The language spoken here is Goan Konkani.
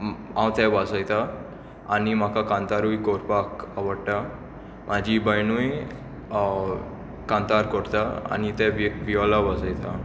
हांव ते वाजोयतां आनी म्हाका कांतारुय कोरपाक आवडटा म्हाजी भयणूय कांतार कोरता आनी ते वियोलां वाजोयतां